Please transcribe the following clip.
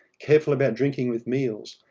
careful about drinking with meals,